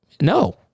no